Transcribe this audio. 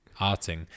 arting